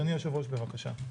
אדוני היושב-ראש, בבקשה.